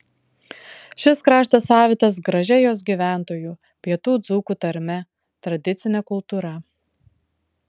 šis kraštas savitas gražia jos gyventojų pietų dzūkų tarme tradicine kultūra